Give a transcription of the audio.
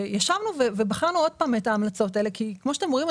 ישבנו ובחנו עוד פעם את ההמלצות האלה כי כמו שאתם רואים,